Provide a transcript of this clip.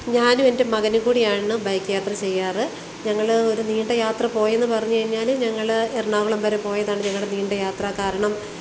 ഞാനും എൻ്റെ മകനും കൂടിയാണ് ബൈക്ക് യാത്ര ചെയ്യാറ് ഞങ്ങൾ ഒരു നീണ്ട യാത്ര പോയെന്ന് പറഞ്ഞുകഴിഞ്ഞാൽ ഞങ്ങൾ എറണാകുളം വരെ പോയതാണ് ഞങ്ങളുടെ നീണ്ട യാത്ര കാരണം